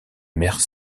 mère